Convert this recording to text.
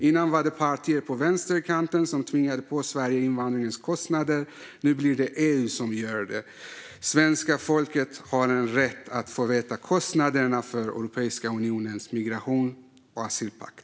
Innan var det partier på vänsterkanten som tvingade på Sverige invandringens kostnader. Nu blir det EU som gör det. Svenska folket har rätt att få veta kostnaderna för Europeiska unionens migrations och asylpakt.